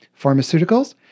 Pharmaceuticals